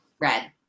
red